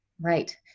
Right